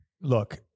Look